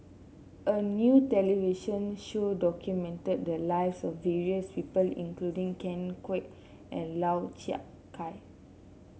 a new television show documented the lives of various people including Ken Kwek and Lau Chiap Khai